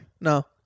No